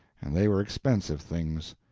and they were expensive things.